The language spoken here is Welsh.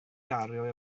gario